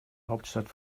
hauptstadt